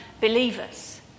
believers